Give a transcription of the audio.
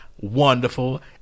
Wonderful